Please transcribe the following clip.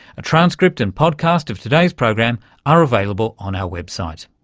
a transcript and podcast of today's program are available on our website.